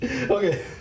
Okay